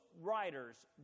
writers